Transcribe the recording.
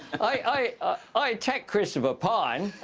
i attack christopher pyne.